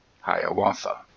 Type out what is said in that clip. Hiawatha